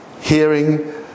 hearing